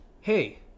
Hey